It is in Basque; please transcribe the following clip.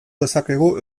dezakegu